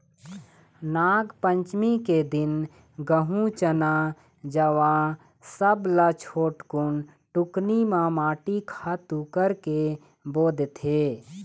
नागपंचमी के दिन गहूँ, चना, जवां सब ल छोटकुन टुकनी म माटी खातू करके बो देथे